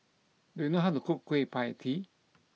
do you know how to cook Kueh Pie Tee